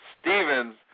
Stevens